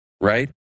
right